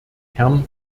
herrn